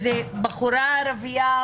בחורה ערבייה,